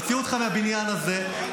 יוציאו אותך מהבניין הזה,